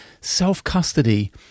self-custody